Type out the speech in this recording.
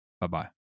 bye-bye